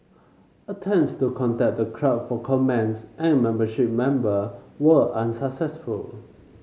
attempts to contact the club for comments and membership member were unsuccessful